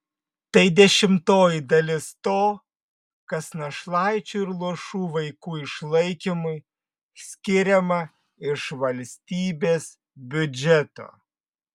tai dešimtoji dalis to kas našlaičių ir luošų vaikų išlaikymui skiriama iš valstybės biudžeto